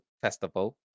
festival